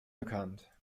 bekannt